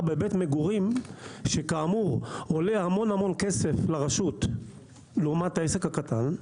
בבית מגורים שעולה כאמור המון כסף לרשות לעומת העסק הקטן.